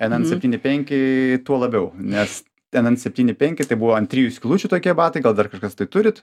n n septyni penki tuo labiau nes n n septyni penki tai buvo ant trijų skylučių tokie batai gal dar kažkas tai turit